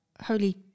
holy